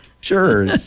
Sure